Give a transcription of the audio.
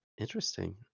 Interesting